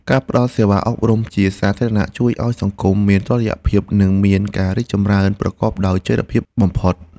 ការផ្តល់សេវាអប់រំជាសាធារណៈជួយឱ្យសង្គមមានតុល្យភាពនិងមានការរីកចម្រើនប្រកបដោយចីរភាពបំផុត។